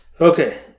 okay